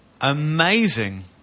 Amazing